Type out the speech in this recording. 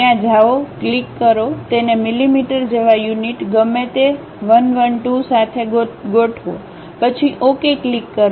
ત્યાં જાઓ ક્લિક કરો તેને મિલિમીટર જેવા યુનિટ ગમે તે 112 સાથે ગોઠવો પછી ઓકે ક્લિક કરો